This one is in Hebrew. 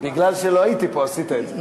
בגלל שלא הייתי פה, עשית את זה.